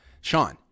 Sean